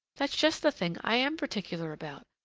that's just the thing i am particular about.